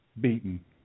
beaten